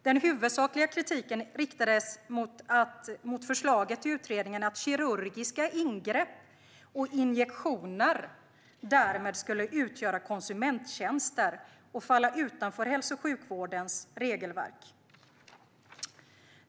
Den huvudsakliga kritiken riktades mot utredningens förslag att kirurgiska ingrepp och injektioner skulle utgöra konsumenttjänster och därmed falla utanför hälso och sjukvårdens regelverk.